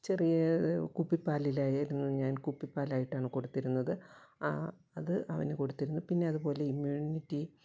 ചെറിയ കുപ്പി പാലിലായിരുന്നു ഞാൻ കുപ്പിപാലായിട്ടാണ് കൊടുത്തിരുന്നത് അത് അവന് കൊടുത്തിരുന്നു പിന്നെ അതുപോലെ ഇമ്മ്യൂണിറ്റി